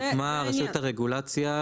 הוקמה רשות הרגולציה,